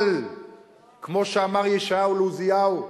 אבל כמו שאמר ישעיהו לעוזיהו: